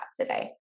today